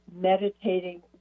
meditating